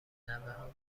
نوهام